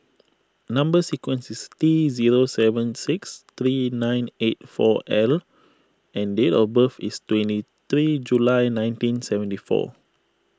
Number Sequence is T zero seven six three nine eight four L and date of birth is twenty three July nineteen seventy four